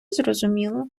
зрозуміло